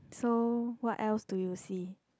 so what else do you see